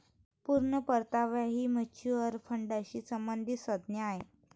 पूर्ण परतावा ही म्युच्युअल फंडाशी संबंधित संज्ञा आहे